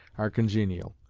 are congenial.